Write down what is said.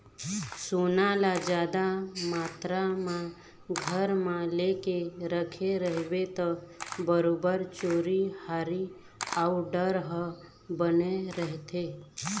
सोना ल जादा मातरा म घर म लेके रखे रहिबे ता बरोबर चोरी हारी अउ डर ह बने रहिथे